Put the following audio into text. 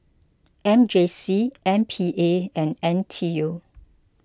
M J C M P A and N T U